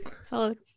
Solid